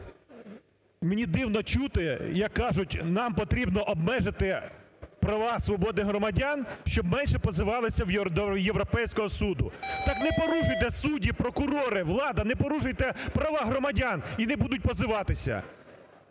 Мені дивно чути, як кажуть: "Нам потрібно обмежити права свободи громадян, щоб менше позивалися до Європейського Суду". Так не порушуйте, судді, прокурори, влада, не порушуйте права громадян і не будуть позиватися!